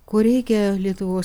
ko reikia lietuvos